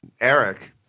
Eric